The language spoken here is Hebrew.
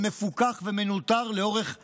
מפוקח ומנוטר לאורך השנים.